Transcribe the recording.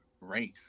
race